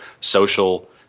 social